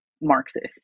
marxist